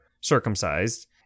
circumcised